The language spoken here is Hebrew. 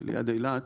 ליד אילת,